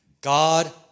God